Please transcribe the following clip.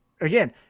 again